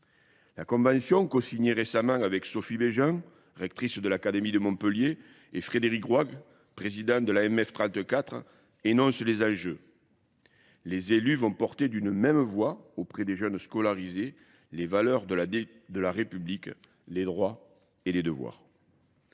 La convention consignée récemment avec Sophie Bégin, rectrice de l'Académie de Montpellier, et Frédéric Roig, président de la MF 34, énonce les enjeux. Les élus vont porter d'une même voie, auprès des jeunes scolarisés, les valeurs de la République, les droits et les devoirs.